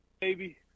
baby